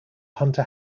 hunter